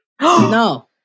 No